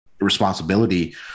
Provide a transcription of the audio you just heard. responsibility